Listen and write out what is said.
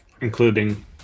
Including